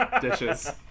Dishes